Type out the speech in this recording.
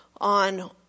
on